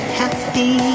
happy